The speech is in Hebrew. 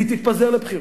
והיא תתפזר לבחירות,